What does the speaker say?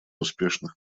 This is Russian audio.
успешных